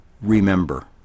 Remember